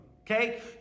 okay